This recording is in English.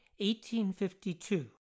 1852